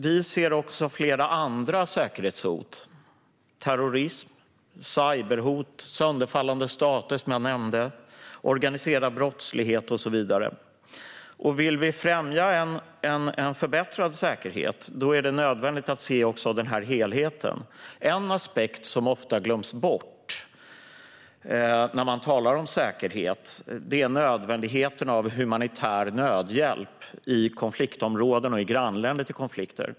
Vi ser också flera andra säkerhetshot: terrorism, cyberhot, sönderfallande stater som jag nämnde, organiserad brottslighet och så vidare. Vill vi främja förbättrad säkerhet är det nödvändigt att se helheten. En aspekt som ofta glöms bort när man talar om säkerhet är nödvändigheten av humanitär nödhjälp i konfliktområden och grannländer till konflikter.